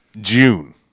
June